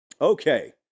Okay